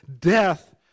death